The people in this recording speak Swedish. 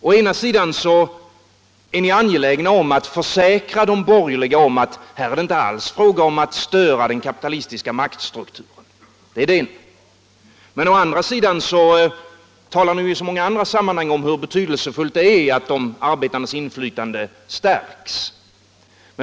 Å ena sidan är ni angelägna att försäkra de borgerliga om att här är det inte alls fråga om att störa den kapitalistiska maktstrukturen, men å andra sidan talar ni i så många andra sammanhang om hur betydelsefullt det är att de arbetandes inflytande stärks.